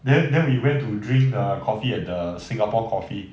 then then we went to drink err coffee at the singapore coffee